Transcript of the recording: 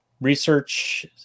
research